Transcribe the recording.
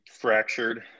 fractured